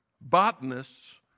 Botanists